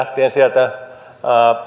lähtien sieltä